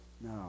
No